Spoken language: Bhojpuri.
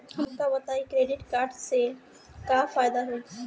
हमका बताई क्रेडिट कार्ड से का फायदा होई?